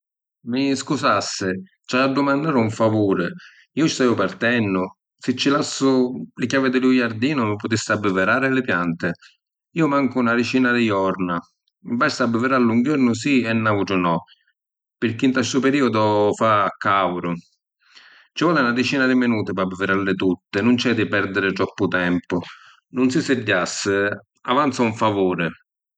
Mi scusassi, ci haiu a dumannari un favuri. Iu staiu partennu, si ci lassu li chiavi di lu jardinu, mi putissi abbivirari li pianti? Iu mancu na dicina di jorna, basta abbiviralli un jornu si e n’autru no, pirchì nta stu periodu fa caudu. Ci voli na dicina di minuti p’abbiviralli tutti, nun c’è di perdiri troppu tempu. Nun si siddiassi, avanza un favuri.